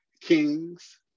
kings